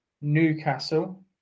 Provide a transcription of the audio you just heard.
Newcastle